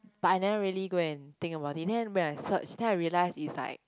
but I never really go and think about it then when I search then I realise is like